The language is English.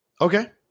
Okay